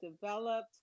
developed